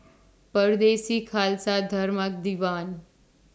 Pardesi Khalsa Dharmak Diwan